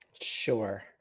Sure